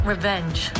Revenge